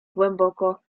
głęboko